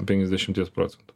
penkiasdešimties procentų